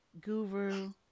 guru